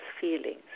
feelings